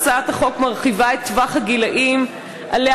הצעת החוק מרחיבה את טווח הגילים שעליו